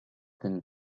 than